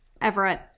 Everett